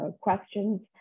questions